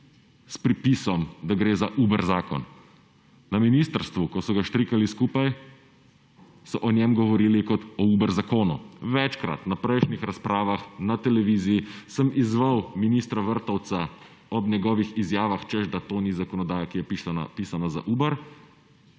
s pripisom, da gre za Uber zakon. Na ministrstvu, ko so ga štrikali skupaj, so njem govorili kot o Uber zakonu. Večkrat, na prejšnjih razpravah, na televiziji sem izzval ministra Vrtovca ob njegovih izjavah, češ, da to ni zakonodaja, ki je pisana za Uber,